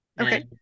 Okay